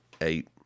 eight